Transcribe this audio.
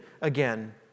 again